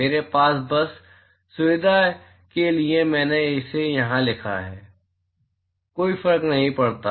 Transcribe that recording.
मेरे पास बस सुविधा के लिए मैंने इसे यहाँ लिखा है कोई फर्क नहीं पड़ता